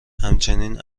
همچنین